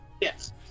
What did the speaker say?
yes